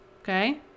okay